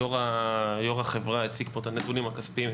יו"ר החברה הציג פה את הנתונים הכספיים.